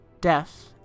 Death